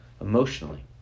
emotionally